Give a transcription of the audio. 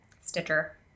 Stitcher